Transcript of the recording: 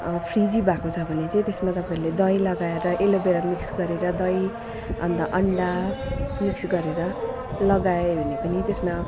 फ्रिजी भएको छ भने चाहिँ त्यसमा तपाईँहरूले दही लगाएर एलोभेरा मिक्स गरेर दही अन्त अन्डा मिक्स गरेर लगायो भने पनि त्यसमा